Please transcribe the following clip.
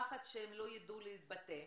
אחת, מפחד שהם לא יידעו להתבטא,